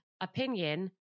opinion